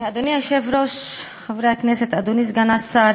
אדוני היושב-ראש, חברי הכנסת, אדוני סגן השר,